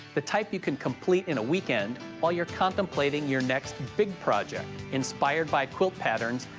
the type you can complete in a weekend while you're contemplating your next big project inspired by quilt patterns,